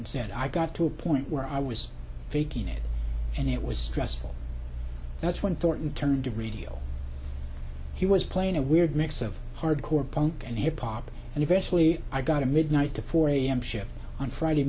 set i got to a point where i was faking it and it was stressful that's when thornton turned to radio he was playing a weird mix of hardcore punk and hip hop and eventually i got a midnight to four a m shift on friday